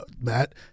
Matt